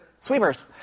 Sweepers